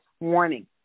Warning